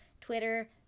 Twitter